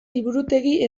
liburutegi